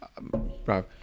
bro